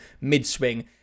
mid-swing